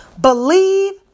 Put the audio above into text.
Believe